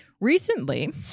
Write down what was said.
recently